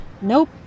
Nope